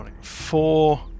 Four